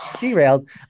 derailed